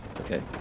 okay